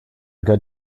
good